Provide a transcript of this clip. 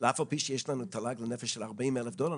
ואף על פי שיש לנו תל"ג לנפש של 40,000 דולר,